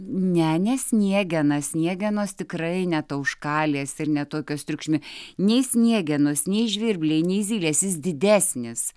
ne ne sniegena sniegenos tikrai ne tauškalės ir ne tokios triukšmi nei sniegenos nei žvirbliniai nei zylės jis didesnis